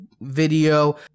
video